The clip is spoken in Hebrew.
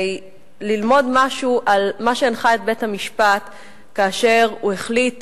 ללמוד משהו על מה שהנחה את בית-המשפט כאשר הוא החליט